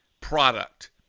product